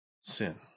Sin